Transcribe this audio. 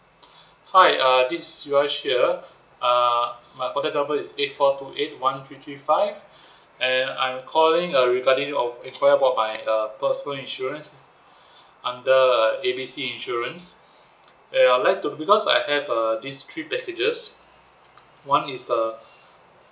hi uh this is siraj here uh my contact number is eight four two eight one three three five and I'm calling uh regarding of enquire about my uh personal insurance under A B C insurance err I'd like to because I have uh these three packages one is the